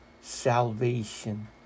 salvation